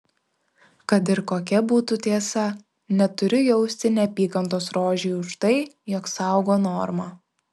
kad ir kokia būtų tiesa neturiu jausti neapykantos rožei už tai jog saugo normą